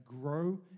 grow